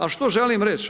A što želim reć?